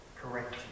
correct